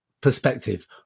perspective